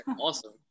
Awesome